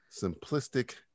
Simplistic